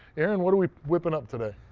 aaron, what are we whipping up today?